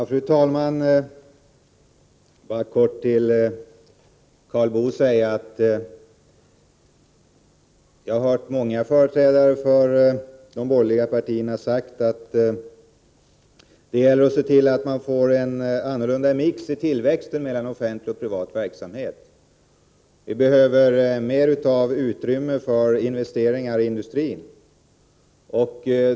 Fru talman! Jag vill bara kort till Karl Boo säga, att jag har hört många företrädare för de borgerliga partierna framhålla att det gäller att se till att man får en annorlunda mix i tillväxten när det gäller privat och offentlig verksamhet — det behövs mer utrymme för investeringar inom industrin.